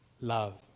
love